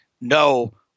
no